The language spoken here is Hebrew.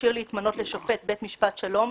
הכשיר להתמנות לשופט בית משפט שלום,